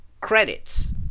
credits